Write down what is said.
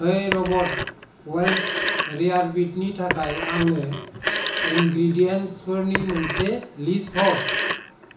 ओइ Robert Wells रेयारबिटनि थाखाय आंनो इनग्रिदियेन्ट्सफोरनि मोनसे लिस्ट हर